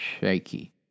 shaky